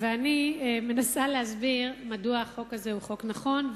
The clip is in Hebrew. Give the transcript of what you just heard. אני מנסה להסביר מדוע החוק הזה הוא חוק נכון.